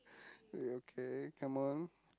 okay come on